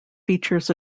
features